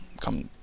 come